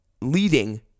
leading